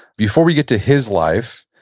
before we get to his life,